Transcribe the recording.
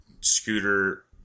scooter